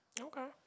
okay